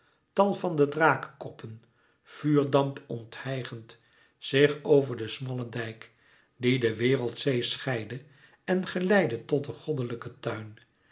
tal van de drakenkoppen vuurdamp onthijgend zich over den smallen dijk die de wereldzee scheidde en geleidde tot den goddelijken tuin